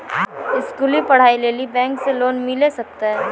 स्कूली पढ़ाई लेली बैंक से लोन मिले सकते?